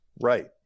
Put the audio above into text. Right